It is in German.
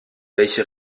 welche